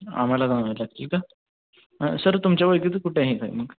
आम्हालाच आणावे लागतील का हां सर तुमच्या ओळखीचं कुठे आहे काय मग